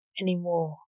anymore